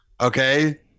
okay